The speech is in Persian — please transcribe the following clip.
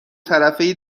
طرفه